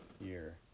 year